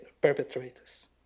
perpetrators